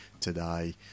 today